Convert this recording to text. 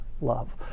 love